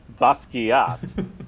Basquiat